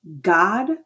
God